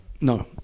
No